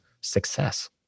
success